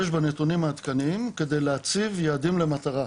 בנתונים עדכניים כדי להציב יעדים למטרה.